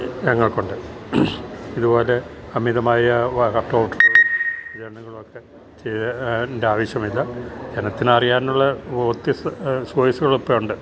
ഞങ്ങക്കൊണ്ട് ഇത് പോലെ അമിതമായ ജനങ്ങളൊക്കെ ആവശ്യമില്ല ജനത്തിനറിയാനൊള്ള വോത്തിസ്സ് സോയിസ്സ്കളിപ്പോണ്ട്